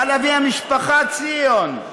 ועל אבי המשפחה ציון,